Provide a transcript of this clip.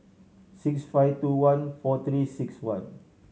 six five two one four Three Six One